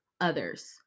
others